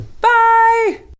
Bye